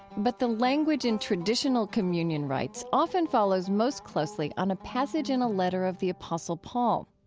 but the language in traditional communion rites often follows most closely on a passage in a letter of the apostle paul.